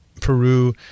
Peru